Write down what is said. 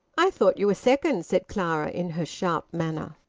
i thought you were second, said clara, in her sharp manner.